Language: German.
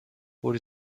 wurde